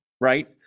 right